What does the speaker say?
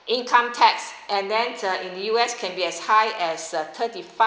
income tax and then uh in the U_S can be as high as uh thirty five